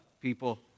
people